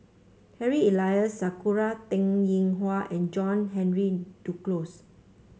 Harry Elias Sakura Teng Ying Hua and John Henry Duclos